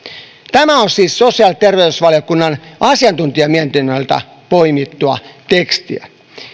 tämä on siis sosiaali ja terveysvaliokunnan asiantuntijalausunnosta poimittua tekstiä